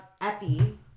Epi